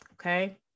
Okay